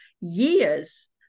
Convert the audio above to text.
years